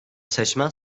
seçmen